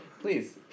Please